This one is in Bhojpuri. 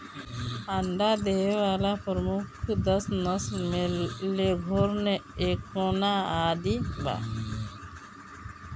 अंडा देवे वाला प्रमुख दस नस्ल में लेघोर्न, एंकोना आदि बा